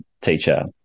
teacher